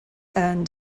earned